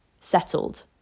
settled